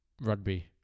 Rugby